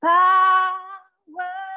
power